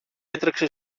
έτρεξε